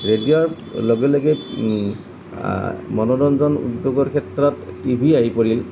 ৰেডিঅ'ৰ লগে লগে মনোৰঞ্জন উদ্যোগৰ ক্ষেত্ৰত টিভি আহি পৰিল